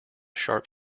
sharp